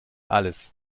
alles